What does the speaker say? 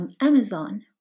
Amazon